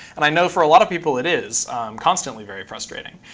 and i know for a lot of people it is constantly very frustrating.